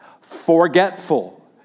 Forgetful